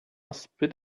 spit